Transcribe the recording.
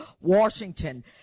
Washington